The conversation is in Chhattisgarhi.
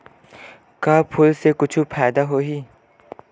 का फूल से कुछु फ़ायदा होही?